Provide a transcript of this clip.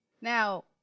Now